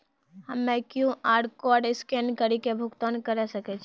हम्मय QR code scan कड़ी के भुगतान करें सकय छियै?